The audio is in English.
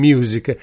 Music